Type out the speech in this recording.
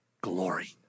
glory